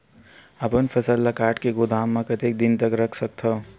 अपन फसल ल काट के गोदाम म कतेक दिन तक रख सकथव?